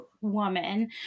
woman